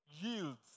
yields